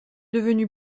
devenu